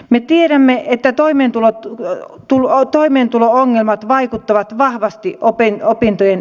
me tiedämme että toimeentulo ongelmat vaikuttavat vahvasti opintojen etenemiseen